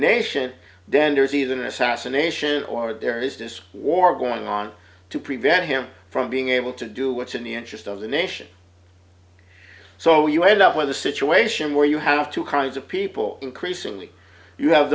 nation then there is either an assassination or there is disc war going on to prevent him from being able to do what's in the interest of the nation so you end up with a situation where you have two kinds of people increasingly you have